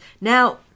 Now